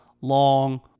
long